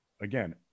again